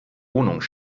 wohnung